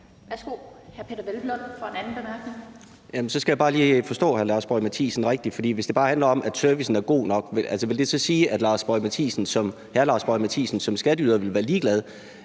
Peder Hvelplund (EL): Så skal jeg bare lige forstå hr. Lars Boje Mathiesen rigtigt. For hvis det bare handler om, at servicen er god nok, vil det så sige, at hr. Lars Boje Mathiesen som skatteyder ville være ligeglad?